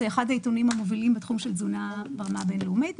זה אחד העיתונים המובילים בתחום של תזונה ברמה הבין-לאומית.